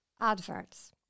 Adverts